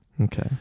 Okay